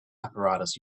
apparatus